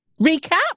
Recap